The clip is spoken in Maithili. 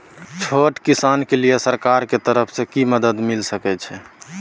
छोट किसान के लिए सरकार के तरफ कि मदद मिल सके छै?